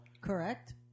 Correct